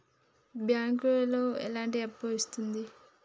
బ్యాంకులు ఎట్లాంటి అప్పులు ఇత్తది?